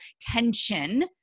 tension